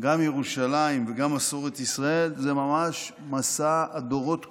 גם ירושלים וגם מסורת ישראל זה ממש משא הדורות כולם,